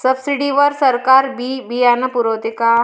Subsidy वर सरकार बी बियानं पुरवते का?